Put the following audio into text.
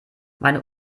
meine